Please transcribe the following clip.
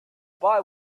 boy